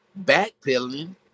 backpedaling